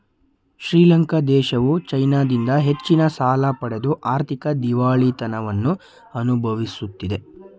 ಶ್ರೀಲಂಕಾ ದೇಶವು ಚೈನಾದಿಂದ ಹೆಚ್ಚಿನ ಸಾಲ ಪಡೆದು ಆರ್ಥಿಕ ದಿವಾಳಿತನವನ್ನು ಅನುಭವಿಸುತ್ತಿದೆ